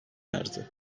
erdi